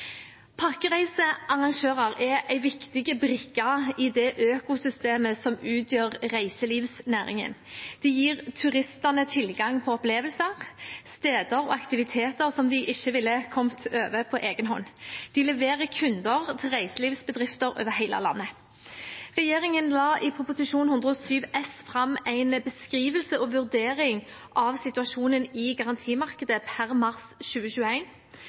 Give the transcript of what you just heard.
er en viktig brikke i det økosystemet som utgjør reiselivsnæringen. De gir turistene tilgang på opplevelser, steder og aktiviteter som de ikke ville kommet over på egen hånd. De leverer kunder til reiselivsbedrifter over hele landet. Regjeringen la i Prop. 107 S for 2020–2021 fram en beskrivelse og vurdering av situasjonen i garantimarkedet per mars